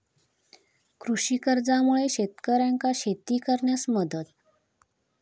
कृषी कर्जामुळा शेतकऱ्यांका शेती करण्यास मदत